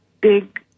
big